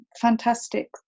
fantastic